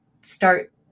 start